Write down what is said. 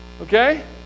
Okay